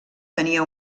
tenia